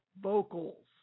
vocals